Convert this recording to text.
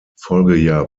folgejahr